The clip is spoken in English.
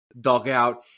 dugout